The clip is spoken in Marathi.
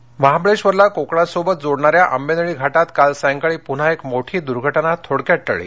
आंबेनळी घा महाबळेश्वरला कोकणासोबत जोडणार्या आंबेनळी घाटात काल सायंकाळी पुन्हा एक मोठी द्र्घटना थोडक्यात टळली